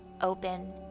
open